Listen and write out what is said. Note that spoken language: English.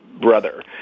brother